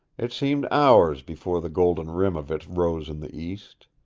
it seemed hours before the golden rim of it rose in the east.